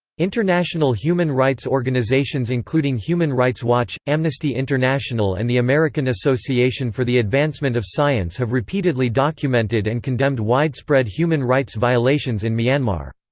international human rights organisations including human rights watch, amnesty international and the american association for the advancement of science have repeatedly documented and condemned widespread human rights violations in myanmar.